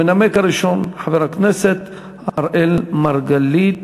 המנמק הראשון, חבר הכנסת אראל מרגלית.